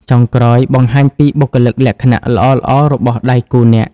ចុងក្រោយ បង្ហាញពីបុគ្គលិកលក្ខណៈល្អៗរបស់ដៃគូអ្នក។